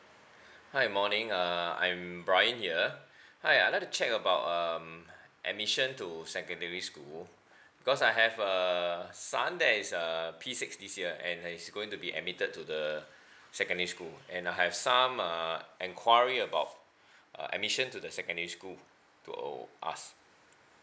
hi morning uh I'm brian here hi I'd like to check about um admission to secondary school because I have a son that is uh P six this year and he is going to be admitted to the secondary school and I have some uh enquiry about uh admission to the secondary school to oh ask